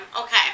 Okay